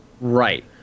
Right